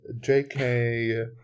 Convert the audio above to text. JK